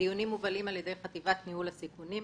הדיונים מובלים על ידי חטיבת ניהול הסיכונים,